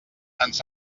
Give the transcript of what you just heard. ens